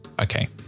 Okay